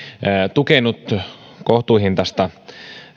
tukenut kohtuuhintaista